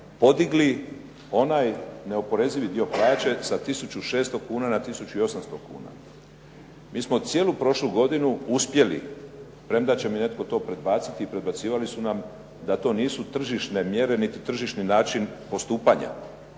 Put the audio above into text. podigli onaj neoporezivi dio plaće sa 1600 kn na 1800 kuna. Mi smo cijelu prošlu godinu uspjeli, premda će mi netko to predbaciti i predbacivali su nam da to nisu tržišne mjere niti tržišni način postupanja